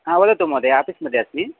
हा वदतु महोदय आफ़ीस् मध्ये अस्मि